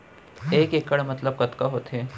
एक इक्कड़ मतलब कतका होथे?